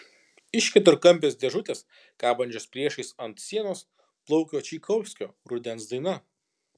iš keturkampės dėžutės kabančios priešais ant sienos plaukė čaikovskio rudens daina